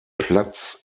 platz